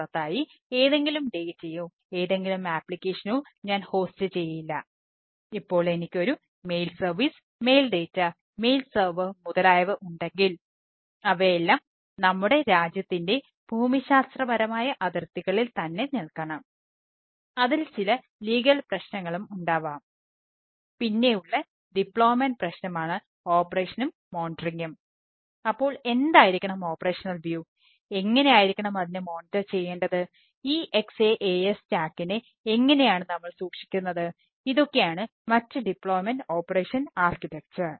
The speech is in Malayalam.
പിന്നെ ഉള്ളത് ഡിപ്ലോയ്മെൻറ് ഓപ്പറേഷൻ ആർക്കിടെക്ചർ